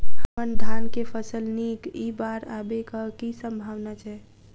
हम्मर धान केँ फसल नीक इ बाढ़ आबै कऽ की सम्भावना छै?